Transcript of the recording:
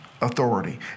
authority